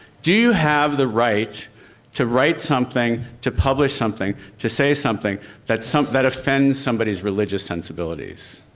do you have the right to write something, to publish something, to say something that something that offends somebody's religious sensibilities?